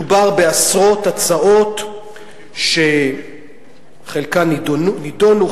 מדובר בעשרות הצעות שחלקן נדונו,